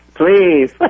please